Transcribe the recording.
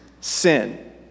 sin